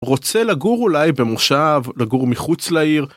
רוצה לגור אולי במושב, לגור מחוץ לעיר?